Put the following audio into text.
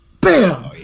bam